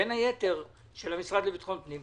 בין היתר של המשרד לביטחון פנים,